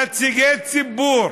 נציגי ציבור,